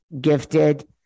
gifted